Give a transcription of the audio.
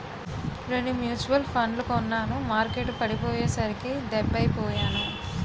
రెండు మ్యూచువల్ ఫండ్లు కొన్నాను మార్కెట్టు పడిపోయ్యేసరికి డెబ్బై పొయ్యాను